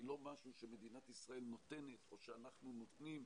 זה לא משהו שמדינת ישראל נותנת או שאנחנו נותנים.